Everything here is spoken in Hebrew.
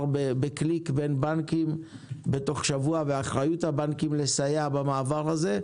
בקליק בין בנקים בתוך שבוע ואחריות הבנקים לסייע במעבר הזה,